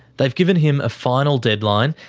they've given him a final deadline,